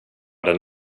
den